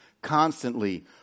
constantly